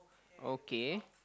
okay